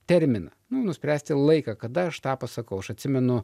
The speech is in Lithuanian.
terminą nu nuspręsti laiką kada aš tą pasakau aš atsimenu